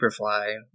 superfly